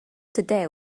today